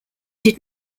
did